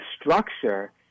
structure